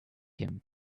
him